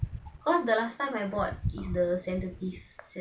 cause the last time I bought is the sensitive